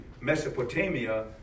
Mesopotamia